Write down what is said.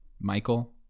Michael